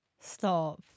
Stop